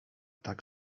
tak